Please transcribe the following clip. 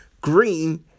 Green